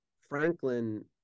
Franklin